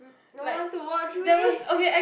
no one to watch with